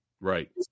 Right